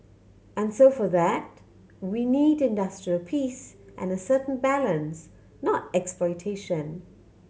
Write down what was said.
and so for that we needed industrial peace and a certain balance not exploitation